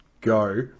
go